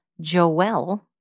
Joel